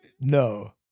No